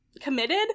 committed